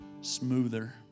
smoother